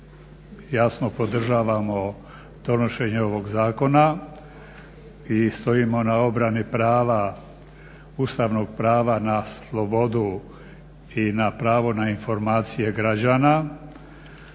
što bih naglasio, donošenje ovog zakona i stojimo na obrani prava ustavnog prava na slobodu i na pravo na informacije građana